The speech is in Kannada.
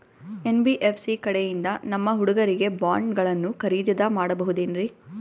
ಎನ್.ಬಿ.ಎಫ್.ಸಿ ಕಡೆಯಿಂದ ನಮ್ಮ ಹುಡುಗರಿಗೆ ಬಾಂಡ್ ಗಳನ್ನು ಖರೀದಿದ ಮಾಡಬಹುದೇನ್ರಿ?